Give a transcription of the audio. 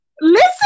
Listen